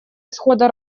исхода